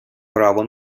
право